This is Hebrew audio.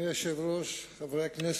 אדוני היושב-ראש, חברי הכנסת,